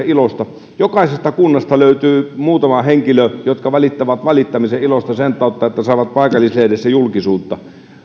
ilosta jokaisesta kunnasta löytyy muutama henkilö jotka valittavat valittamisen ilosta sen tautta että saavat paikallislehdessä julkisuutta